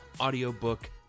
audiobook